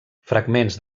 fragments